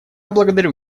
благодарю